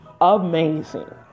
amazing